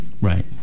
Right